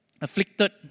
afflicted